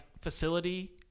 facility